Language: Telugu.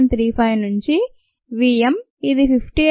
35 నుంచి v m ఇది 58